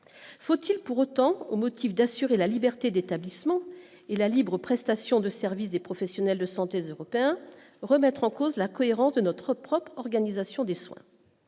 faut-il pour autant au motif d'assurer la liberté d'établissement et la libre prestation de services, des professionnels de santé européens, remettre en cause la cohérence de notre propre organisation des soins,